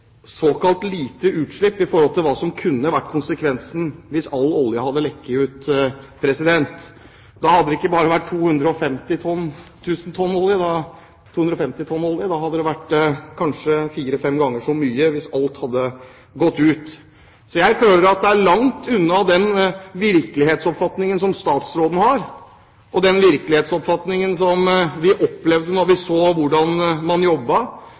såkalt lite utslipp i forhold til hva som kunne ha vært konsekvensen hvis all oljen hadde lekket ut. Da hadde det ikke bare vært 250 tonn olje, men kanskje fire–fem ganger så mye, hvis alt hadde rent ut. Jeg føler at det er langt mellom den virkelighetsoppfatningen som statsråden har, og den virkeligheten vi opplevde da vi så hvordan man